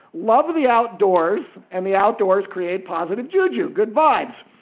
love of the outdoors and the outdoors create positive juju, good vibes.